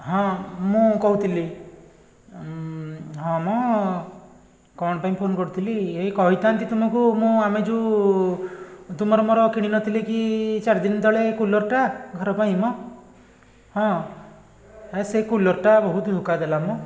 ହଁ ମୁଁ କହୁଥିଲି ହଁ ମ କ'ଣ ପାଇଁ ଫୋନ୍ କରିଥିଲି ଏଇ କହିଥାନ୍ତି ତୁମକୁ ମୁଁ ଆମେ ଯେଉଁ ତୁମର ମୋର କିଣିନଥିଲେ କି ଚାରିଦିନ ତଳେ କୁଲର୍ଟା ଘର ପାଇଁ ମ ହଁ ଆ ସେଇ କୁଲର୍ଟା ବହୁତ ଧୋକା ଦେଲା ମ